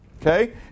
okay